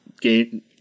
game